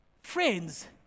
Friends